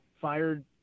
fired